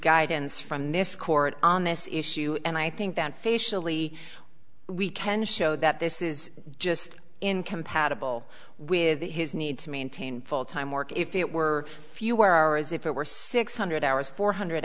guidance from this court on this issue and i think that facially we can show that this is just incompatible with his need to maintain full time work if it were fewer hours if it were six hundred hours four hundred